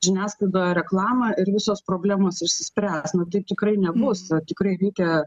žiniasklaidą reklamą ir visos problemos išsispręs na taip tikrai nebus tikrai reikia